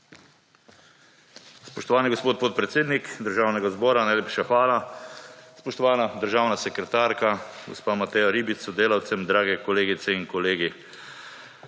Spoštovani gospod, podpredsednik Državnega zbora, najlepša hvala. Spoštovana državna sekretarka, gospa Mateja Ribic s sodelavcem, drage kolegice in kolegi.